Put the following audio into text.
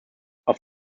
auf